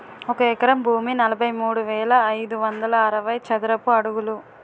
ఒక ఎకరం భూమి నలభై మూడు వేల ఐదు వందల అరవై చదరపు అడుగులు